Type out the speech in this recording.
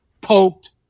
poked